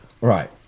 Right